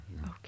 Okay